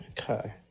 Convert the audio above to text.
Okay